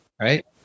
right